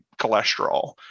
cholesterol